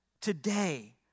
Today